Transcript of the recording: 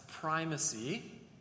primacy